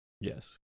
Yes